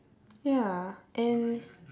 ya and